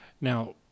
Now